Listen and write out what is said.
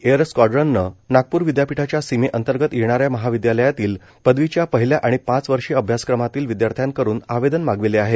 air स्क्वाड्राननं नागप्र विद्यापीठाच्या सीमेअंतर्गत येणाऱ्या महाविद्यालयातील पदवीच्या पहिल्या आणि पाच वर्षीय अभ्यासक्रमातील विदयार्थ्यांकड्रन आवेदन मागविले आहेत